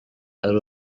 ari